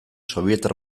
sobietar